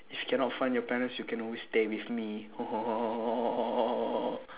if cannot find your parents you can always stay with me